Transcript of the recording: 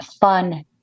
fun